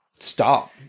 stop